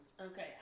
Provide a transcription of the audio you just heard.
Okay